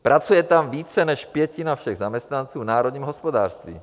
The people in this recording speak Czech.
Pracuje tam více než pětina všech zaměstnanců národního hospodářství.